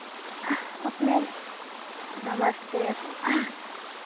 अपने नमस्ते एक